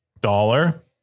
dollar